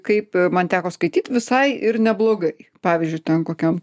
kaip man teko skaityt visai ir neblogai pavyzdžiui ten kokiam